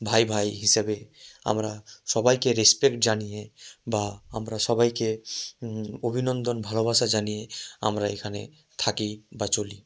ভাই ভাই হিসেবে আমরা সবাইকে রেসপেক্ট জানিয়ে বা আমরা সবাইকে অভিনন্দন ভালোবাসা জানিয়ে আমরা এখানে থাকি বা চলি